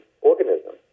organism